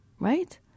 right